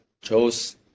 chose